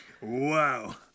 Wow